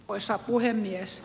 arvoisa puhemies